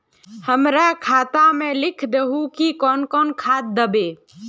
हमरा खाता में लिख दहु की कौन कौन खाद दबे?